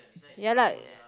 ya lah